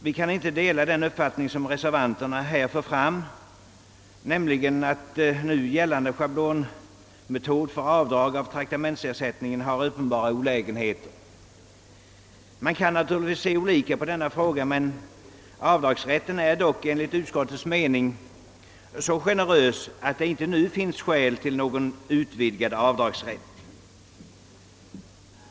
Vi kan inte dela reservanternas uppfattning att nu gällande schablonmetod för avdrag för traktamentsersättning har uppenbara olägenheter. Man kan naturligtvis se olika på denna fråga, men avdragsrätten är enligt utskottets mening så generös att det inte nu finns skäl till någon utvidgad avdragsrätt.